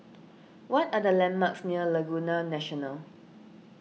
what are the landmarks near Laguna National